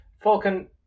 Falcon